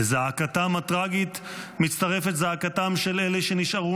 לזעקתם הטרגית מצטרפת זעקתם של אלה שנשארו